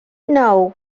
know